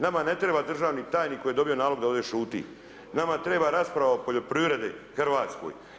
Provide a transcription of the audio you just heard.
Nama ne treba državni tajnik, koji je dobio nalog da ovdje šuti, nama treba rasprava o poljoprivredi hrvatskoj.